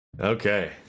Okay